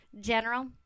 general